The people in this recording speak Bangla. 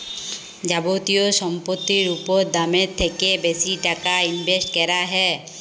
যাবতীয় সম্পত্তির উপর দামের থ্যাকে বেশি টাকা ইনভেস্ট ক্যরা হ্যয়